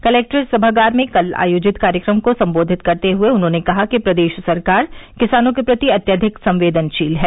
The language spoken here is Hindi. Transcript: कलेक्ट्रेट सभागार में कल आयोजित कार्यक्रम को संबोधित करते हुए उन्होंने कहा कि प्रदेश सरकार किसानों के प्रति अत्यधिक संवेदनशील है